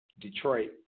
Detroit